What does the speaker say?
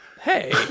Hey